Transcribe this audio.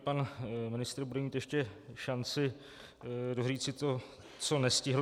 Pan ministr bude mít ještě šanci doříci to, co nestihl.